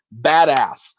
badass